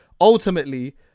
ultimately